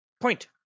Point